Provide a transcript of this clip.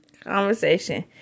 Conversation